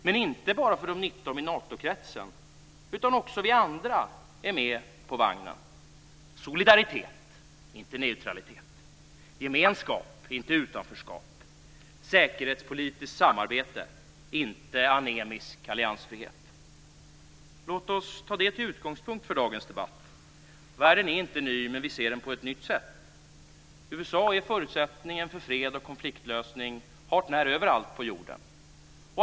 Men inte bara de 19 i Natokretsen, utan också vi andra är med på vagnen. Solidaritet, inte neutralitet. Gemenskap, inte utanförskap. Säkerhetspolitiskt samarbete, inte anemisk alliansfrihet. Låt oss ta det till utgångspunkt för dagens debatt. Världen är inte ny, men vi ser den på ett nytt sätt. USA är förutsättningen för fred och konfliktlösning hart när överallt på jorden.